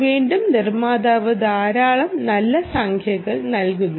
വീണ്ടും നിർമ്മാതാവ് ധാരാളം നല്ല സംഖ്യകൾ നൽകുന്നു